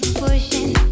pushing